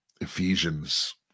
Ephesians